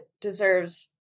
deserves